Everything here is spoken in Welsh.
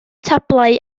tablau